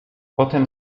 potem